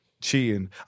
cheating